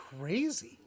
crazy